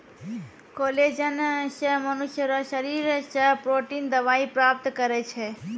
collagen से मनुष्य रो शरीर से प्रोटिन दवाई प्राप्त करै छै